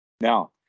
Now